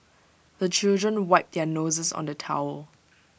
the children wipe their noses on the towel